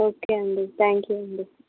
okay అండి thank you అండి